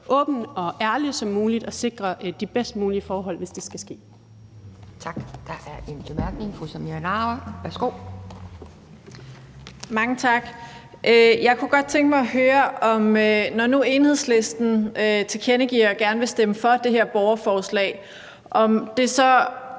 åben og ærlig som muligt og sikre de bedst mulige forhold, hvis det skal ske.